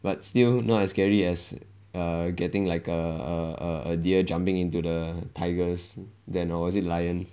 but still not as scary as err getting like a a a a deer jumping into the tigers' den or is it lions'